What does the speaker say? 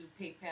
PayPal